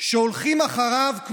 ישראל יוצאת לבחירות על שום דבר.